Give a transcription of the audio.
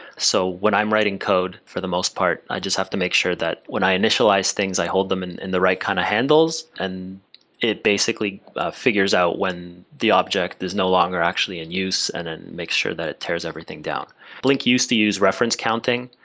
so when i'm writing code for the most part, i just have to make sure that when i initialize things, i hold them and in the right kind of handles and it basically figures out when the object is no longer actually in use and and make sure that it tears everything down blink used to use reference counting,